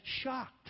shocked